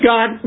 God